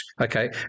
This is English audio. okay